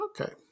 okay